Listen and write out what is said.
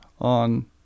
on